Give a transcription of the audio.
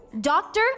doctor